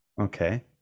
Okay